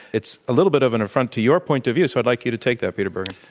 it's a little bit of an affront to your point of view. so i'd like you to take, that peter bergen.